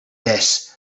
this